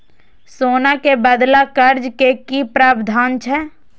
सोना के बदला कर्ज के कि प्रावधान छै?